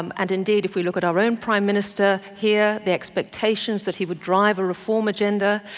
um and indeed if we look at our own prime minister here, the expectations that he would drive a reform agenda,